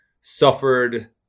suffered